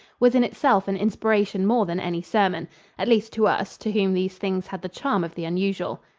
was in itself an inspiration more than any sermon at least to us, to whom these things had the charm of the unusual.